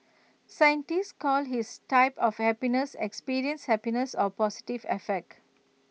scientists call his type of happiness experienced happiness or positive affect